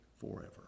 forever